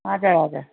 हजुर हजुर